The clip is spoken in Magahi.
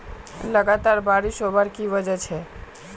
लगातार बारिश होबार की वजह छे?